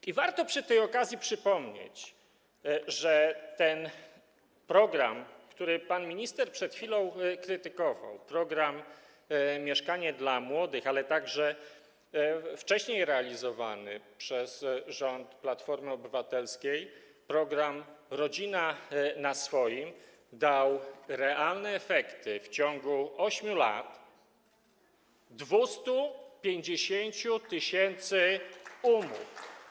I warto przy tej okazji przypomnieć, że ten program, który pan minister przed chwilą krytykował, program „Mieszkanie dla młodych”, ale także wcześniej realizowany przez rząd Platformy Obywatelskiej program „Rodzina na swoim” dały realne efekty w ciągu 8 lat - 250 tys. umów.